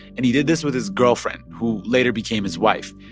and he did this with his girlfriend, who later became his wife.